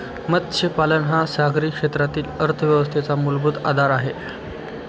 मत्स्यपालन हा सागरी क्षेत्रातील अर्थव्यवस्थेचा मूलभूत आधार आहे